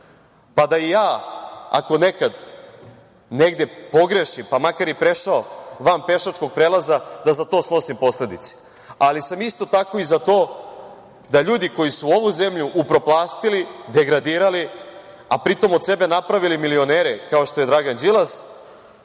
pa da i ja ako nekad negde pogrešim, pa makar i prešao van pešačkog prelaza da za to snosim posledice. Ali sam isto tako i za to da ljudi koji su ovu zemlju upropastili, degradirali, a pri tome od sebe napravili milionere, kao što je Dragan Đilas,